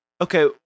okay